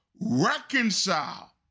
reconcile